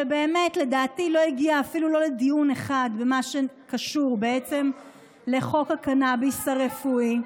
שבאמת לדעתי לא הגיעה אפילו לא לדיון אחד במה שקשור לחוק הקנביס הרפואי,